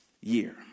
year